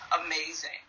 amazing